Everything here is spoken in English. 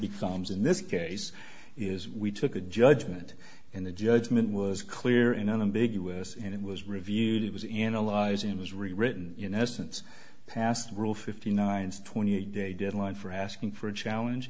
becomes in this case is we took a judgment in the judgment was clear and unambiguous and it was reviewed it was analyzing it was rewritten in essence passed rule fifty nine to twenty a day deadline for asking for a challenge